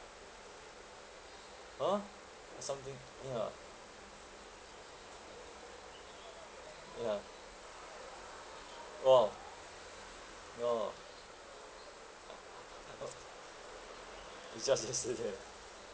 !huh! something ya ya orh ya lor it's just yesterday